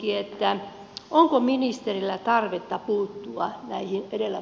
onko ministerillä tarvetta puuttua näihin edellä